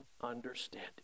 understand